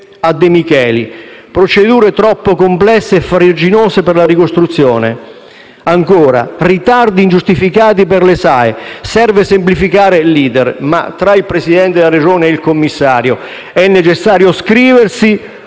a De Micheli: "Procedure troppo complesse e farraginose per la ricostruzione"». Ancora: «Ritardi ingiustificati per le SAE. Serve semplificare l'*iter*». Ma tra il Presidente della Regione e il commissario è necessario scriversi